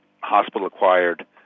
hospital-acquired